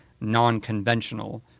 non-conventional